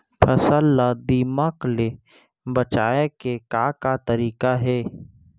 फसल ला दीमक ले बचाये के का का तरीका हे?